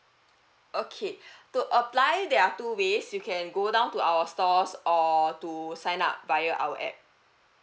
okay to apply there are two ways you can go down to our stores or to sign up via our app